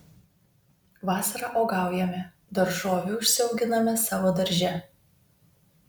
vasarą uogaujame daržovių užsiauginame savo darže